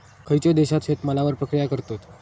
खयच्या देशात शेतमालावर प्रक्रिया करतत?